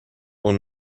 اون